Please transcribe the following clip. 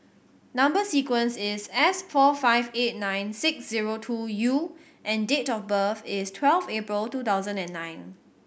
number sequence is S four five eight nine six zero two U and date of birth is twelve April two thousand and nine